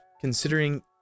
considering